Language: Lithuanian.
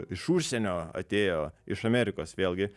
iš užsienio atėjo iš amerikos vėlgi